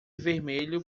vermelho